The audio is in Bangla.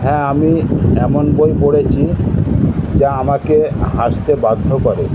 হ্যাঁ আমি এমন বই পড়েছি যা আমাকে হাসতে বাধ্য করে